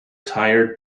tired